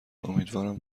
امیدوارم